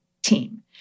team